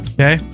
Okay